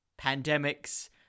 pandemics